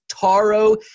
Taro